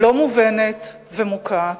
לא מובנת ומוקעת.